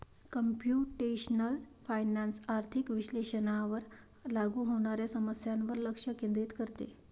computational finance आर्थिक विश्लेषणावर लागू होणाऱ्या समस्यांवर लक्ष केंद्रित करते